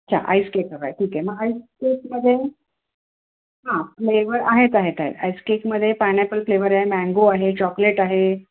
चा ice cake हवा आहे ठीक आहे मग आईस केकमध्ये हां फ्लेवर आहेत आहेत आहेत आईस केकमध्ये पायनॅपल फ्लेवर आहे मँगो आहे चॉकलेट आहे